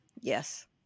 Yes